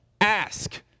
ask